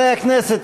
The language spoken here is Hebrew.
חברי הכנסת,